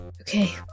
Okay